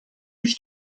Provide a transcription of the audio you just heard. his